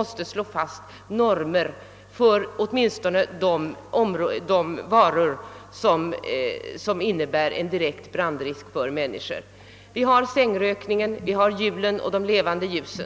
att slå fast normer för åtminstone de varor som innebär en direkt brandrisk för människor. Olycksfall uppstår bla. ofta av sängrökning och levande ljus.